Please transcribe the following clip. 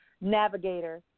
navigator